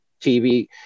TV